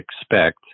expect